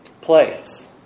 place